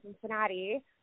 Cincinnati